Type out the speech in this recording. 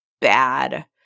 bad